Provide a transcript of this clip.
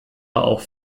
auch